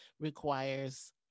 requires